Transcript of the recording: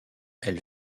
elle